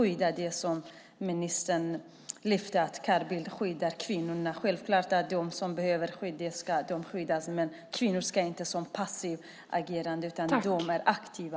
Då blir det som ministern lyfter fram - Carl Bildt skyddar kvinnorna. Självfallet ska de som behöver skydd också skyddas, men kvinnor ska inte vara passivt agerande utan mer aktiva.